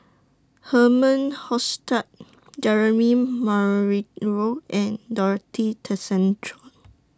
Herman Hochstadt Jeremy and Dorothy Tessensohn